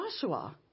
Joshua